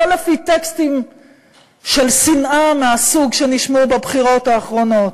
לא לפי טקסטים של שנאה מהסוג שנשמעו בבחירות האחרונות.